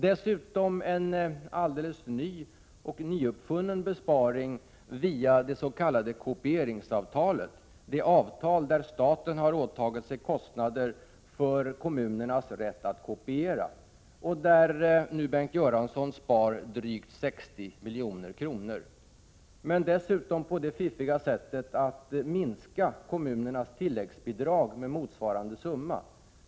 Man har också en helt ny och nyuppfunnen besparing via det s.k. kopieringsavtalet. I det avtalet har staten åtagit sig kostnader för kommunernas rätt att kopiera. Bengt Göransson sparar drygt 60 milj.kr. Det görs dessutom på det fiffiga sättet att man minskar kommunernas tilläggsbidrag med motsvarande summa.